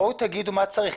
בואו תגידו מה צריך.